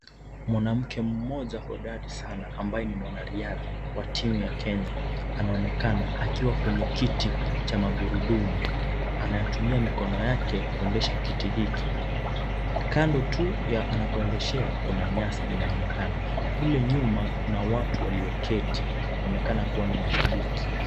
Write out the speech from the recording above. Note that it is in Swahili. Mwanamke mmoja hodari sanaa ambaye ni mwanariadha wa timu ya Kenya, anaonekana akiwa kwenye kiti cha magurudumu, anatumia mikono yake kuendesha kiti hiki. Kando tu ya anapoendeshea, kuna nyasi inaonekana. Kule nyuma kuna watu walioketi kuonekana ni mashabiki.